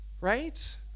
right